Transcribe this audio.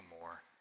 more